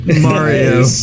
Mario